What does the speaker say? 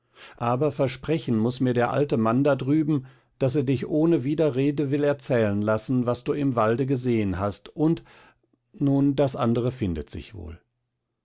aber versprechen muß mir der alte mann da drüben daß er dich ohne widerrede will erzählen lassen was du im walde gesehn hast und nun das andre findet sich wohl